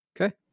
Okay